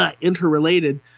interrelated